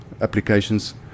applications